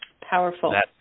Powerful